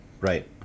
Right